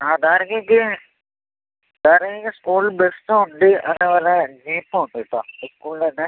അതെ ദ്വാരകക്ക് ദ്വാരകക്ക് സ്കൂൾ ബസ്സുണ്ട് അതേപോലെ ജീപ്പ് ഉണ്ട് കേട്ടോ സ്കൂളിൻ്റെ തന്നെ